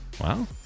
Wow